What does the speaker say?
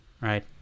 right